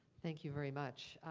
thank you very much.